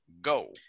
go